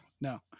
no